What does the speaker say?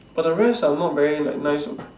but the rest are not very like nice you know